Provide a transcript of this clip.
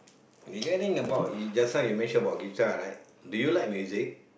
regarding about you just now you mention about guitar right do you like music